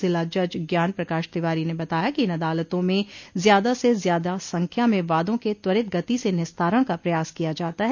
जिला जज ज्ञान प्रकाश तिवारो ने बताया कि इन अदालतों में ज्यादा से ज्यादा संख्या में वादों क त्वरित गति से निस्तारण का प्रयास किया जाता है